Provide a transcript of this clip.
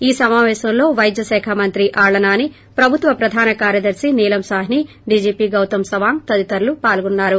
ఈ సమాపేశంలో వైద్య శాఖ మంత్రి ఆళ్ళ నాని ప్రభుత్వ ప్రధాన కార్యదర్శి నీలం సాహ్ని డిజిపి గౌతం సవాంగ్ తదితరులు పాల్గొన్నారు